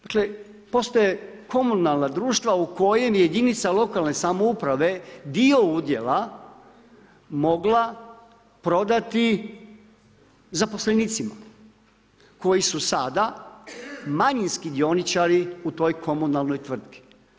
Dakle postoje komunalna društva u kojem je jedinica lokalne samouprave dio udjela mogla prodati zaposlenicima koji su sada manjinski dioničari u toj komunalnoj tvrtki.